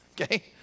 okay